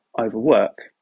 overwork